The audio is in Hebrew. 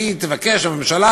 שהיא תבקש מהממשלה,